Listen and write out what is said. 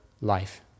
life